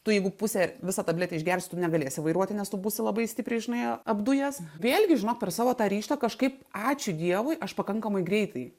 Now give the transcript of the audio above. tu jeigu pusę visą tabletę išgersi tu negalėsi vairuoti nes tu būsi labai stipriai žinai apdujęs vėlgi žinok per savo tą ryžtą kažkaip ačiū dievui aš pakankamai greitai